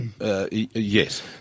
Yes